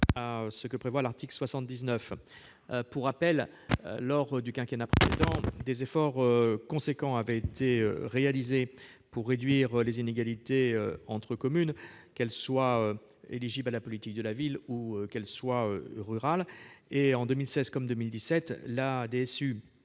lieu de 90 millions d'euros. Pour rappel, lors du quinquennat précédent, des efforts substantiels ont été réalisés pour réduire les inégalités entre communes, qu'elles soient éligibles à la politique de la ville ou qu'elles soient rurales. En 2016 comme en 2017, la DSU